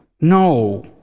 No